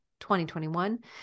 2021